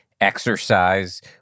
exercise